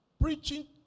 Preaching